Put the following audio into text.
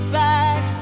back